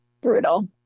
brutal